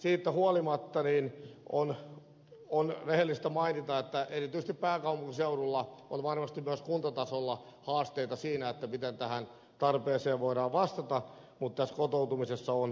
siitä huolimatta on rehellistä mainita että erityisesti pääkaupunkiseudulla on varmasti myös kuntatasolla haasteita siinä miten tähän tarpeeseen voidaan vastata mutta kotoutumisessa on onnistuttava